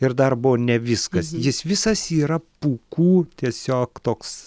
ir dar buvo ne viskas jis visas yra pūkų tiesiog toks